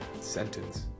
sentence